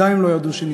גם אם לא ידעו שניצלו.